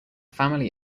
family